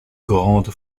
grande